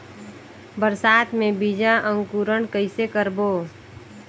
बरसात मे बीजा अंकुरण कइसे करबो?